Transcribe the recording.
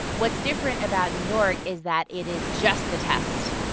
what's different about new york is that it is just the test.